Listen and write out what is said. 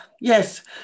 yes